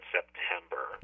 September